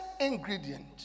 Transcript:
ingredient